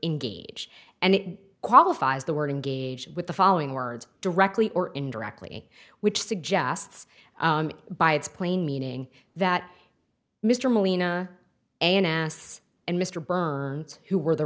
engage and it qualifies the word engage with the following words directly or indirectly which suggests by its plain meaning that mr molina an ass and mr burns who were the